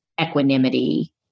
equanimity